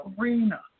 arena